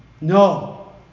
No